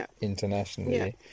internationally